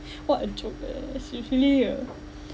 what a joke eh she's really a